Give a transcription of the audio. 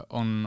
on